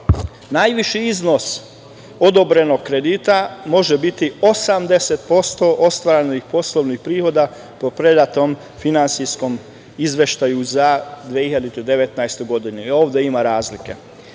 Najviši iznos odobrenog kredita može biti 80% ostvarenih poslovnih prihoda po predatom finansijskom izveštaju za 2019. godinu. I ovde ima razlike. Otplata